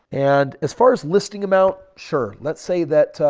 and as far as listing amount, sure. let's say that.